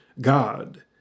God